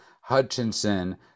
Hutchinson